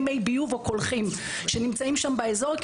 מי ביוב או קולחין שנמצאים שם באזור,